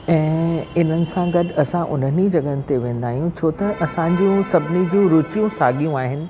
ऐं इन्हनि सां गॾु असां उन्हनि ई जॻहियुनि ते वेंदा आहियूं छो त असांजो सभिनी जूं रूचियूं साॻियूं आहिनि